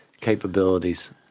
capabilities